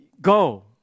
go